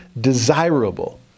desirable